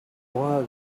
was